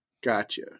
Gotcha